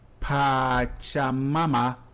Pachamama